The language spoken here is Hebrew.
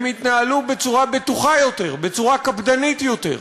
הם יתנהלו בצורה בטוחה יותר, בצורה קפדנית יותר,